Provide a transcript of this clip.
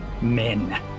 men